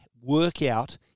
workout